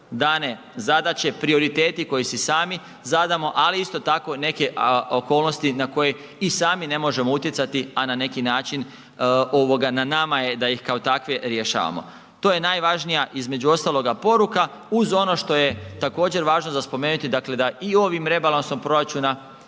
dane zadaće, prioriteti koji si sami zadamo, ali isto tako i neke okolnosti na koje i sami ne možemo utjecati, a na neki način ovoga na nama je da ih kao takve rješavamo, to je najvažnija između ostaloga poruka uz ono što je također važno za spomenuti dakle da i ovim rebalansom proračuna